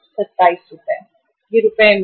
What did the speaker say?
यह रुपये में है